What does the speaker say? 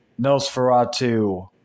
Nosferatu